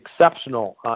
exceptional